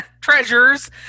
treasures